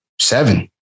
seven